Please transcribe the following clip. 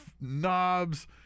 knobs